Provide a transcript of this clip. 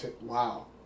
wow